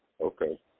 okay